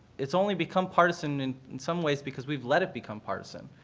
it's only become partisan, in some ways, because we've let it become partisan.